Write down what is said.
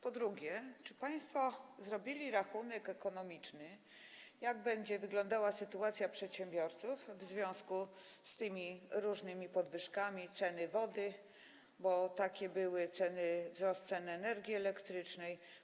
Po drugie, czy państwo zrobili rachunek ekonomiczny, jak będzie wyglądała sytuacja przedsiębiorców w związku z tymi różnymi podwyżkami ceny wody, bo takie były, i wzrostem ceny energii elektrycznej?